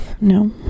No